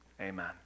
amen